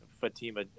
Fatima